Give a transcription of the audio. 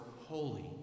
holy